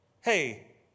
hey